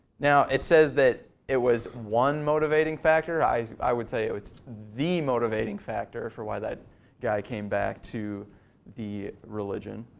now it says that it was one motivating factor, i i would say that it was the motivating factor for why that guy came back to the religion.